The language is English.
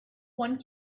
one